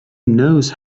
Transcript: knows